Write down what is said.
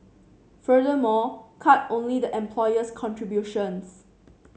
furthermore cut only the employer's contributions